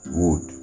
wood